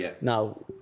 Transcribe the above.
now